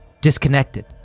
disconnected